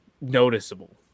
noticeable